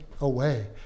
away